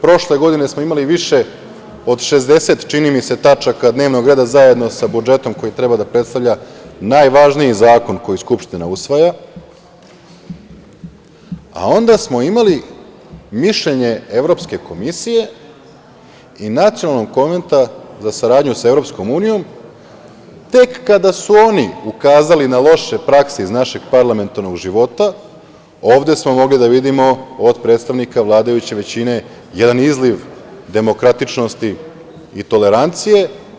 Prošle godine smo imali više od 60, čini mi se, tačaka dnevnog reda, zajedno sa budžetom koji treba da predstavlja najvažniji zakon koji Skupština usvaja, a onda smo imali mišljenje Evropske komisije i Nacionalnog konventa za saradnju sa EU tek kada su oni ukazali na loše prakse iz našeg parlamentarnog života, ovde smo mogli da vidimo od predstavnika vladajuće većine jedan izliv demokratičnosti i tolerancije.